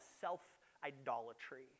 self-idolatry